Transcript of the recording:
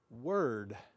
word